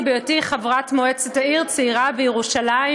בהיותי חברת מועצת עיר צעירה בירושלים,